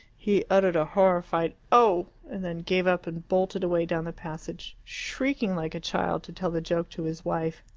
he uttered a horrified oh! and then gave up, and bolted away down the passage, shrieking like a child, to tell the joke to his wife.